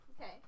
Okay